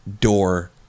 door